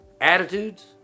Attitudes